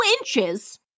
inches